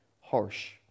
harsh